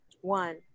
One